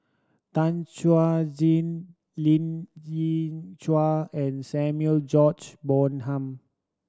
Tan Chuan Jin Lien Ying Chow and Samuel George Bonham